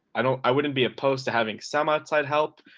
i i wouldn't be opposed to having some outside help,